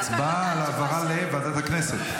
הצבעה על העברה לוועדת הכנסת.